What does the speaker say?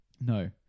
No